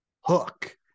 Hook